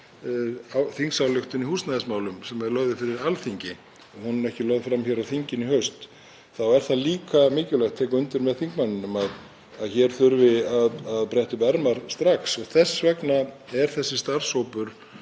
þingsályktunartillögu í húsnæðismálum sem er lögð fyrir Alþingi, hún verður ekki lögð fram á þinginu í haust, þá er það líka mikilvægt og ég tek undir með þingmanninum að hér þurfi að bretta upp ermar strax. Þess vegna er þessi starfshópur